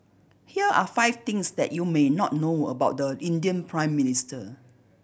here are five things that you may not know about the Indian Prime Minister